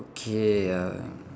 okay uh